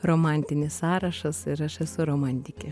romantinis sąrašas ir aš esu romantikė